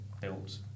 built